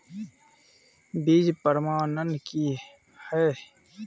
बीज प्रमाणन की हैय?